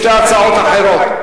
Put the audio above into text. שתי ההצעות האחרות.